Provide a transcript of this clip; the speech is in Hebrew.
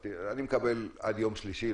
אבל אני מקבל להאריך את זה לפחות עד יום שלישי